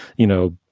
you know,